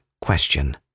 question